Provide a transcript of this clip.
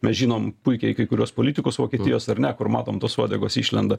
mes žinom puikiai kai kuriuos politikus vokietijos ar ne kur matom tos uodegos išlenda